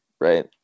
right